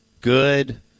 Good